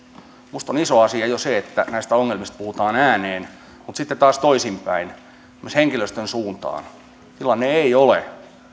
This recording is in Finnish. minusta on iso asia jo se että näistä ongelmista puhutaan ääneen mutta sitten taas toisinpäin myös henkilöstön suuntaan tilanne ei ole